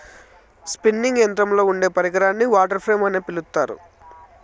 spinning యంత్రంలో ఉండే పరికరాన్ని వాటర్ ఫ్రేమ్ అని పిలుత్తారు